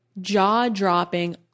jaw-dropping